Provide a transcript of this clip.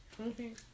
Okay